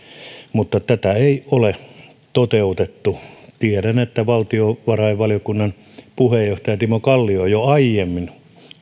mutta tätä ei ole toteutettu tiedän että valtiovarainvaliokunnan puheenjohtaja timo kalli on jo aiemmin